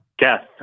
Yes